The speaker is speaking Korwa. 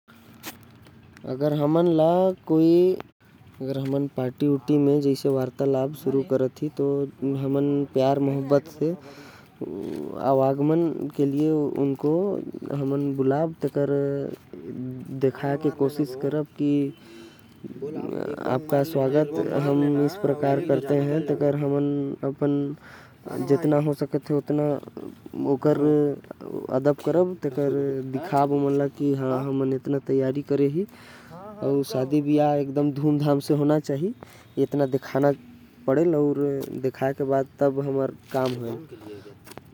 हमन गए ही शादी में मैरिज हाल में तो हमन ला दिखाना पड़ ही थोड़। की हमन थोड़ बीजी ही तो साइड में हो के बात करन के पड़ ही। या तो उमन ला कुछ तो बोल नहीं सकती एकर बर साइड होकर। अपन काम करथी बाकि सब सुविधा तो होथे। तो हमन ला साइड में जा के बात करे के चाही।